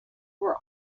were